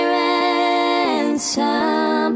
ransom